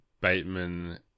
Bateman